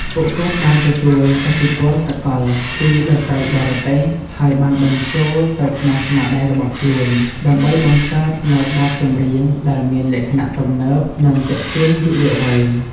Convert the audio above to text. ពួកគាត់បានទទួល ឥទ្ធិពលសកល ពីតន្ត្រីបរទេស ហើយបានបញ្ចូលទៅក្នុងស្នាដៃរបស់ខ្លួន ដើម្បីបង្កើតនូវបទចម្រៀងដែលមានលក្ខណៈទំនើប និងទាក់ទាញយុវវ័យ។